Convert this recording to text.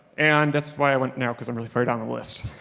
and that's why i went now because i'm really far down the list.